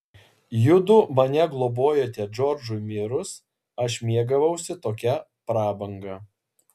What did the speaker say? judu mane globojote džordžui mirus aš mėgavausi tokia prabanga